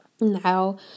Now